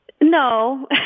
No